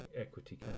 equity